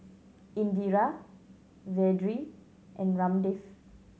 Indira Vedre and Ramdev